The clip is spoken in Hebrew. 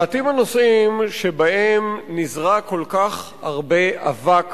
מעטים הנושאים שבהם נזרק כל כך הרבה אבק